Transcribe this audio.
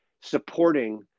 supporting